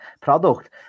product